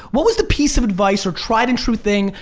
what was the piece of advice or tried-and-true thing?